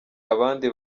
abandi